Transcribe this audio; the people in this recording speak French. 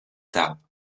tarbes